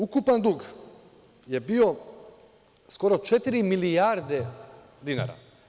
Ukupan dug je bio skoro četiri milijarde dinara.